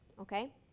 okay